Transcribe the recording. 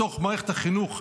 בתוך מערכת החינוך,